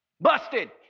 Busted